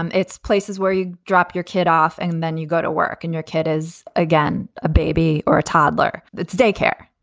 um it's places where you drop your kid off. and then you go to work and your kid is again, a baby or a toddler. that's daycare.